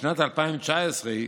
בשנת 2019,